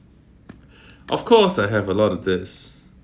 of course I have a lot of this